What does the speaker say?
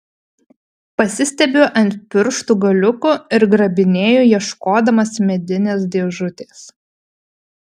pasistiebiu ant pirštų galiukų ir grabinėju ieškodamas medinės dėžutės